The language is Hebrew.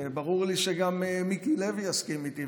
וברור לי שגם מיקי לוי יסכים איתי,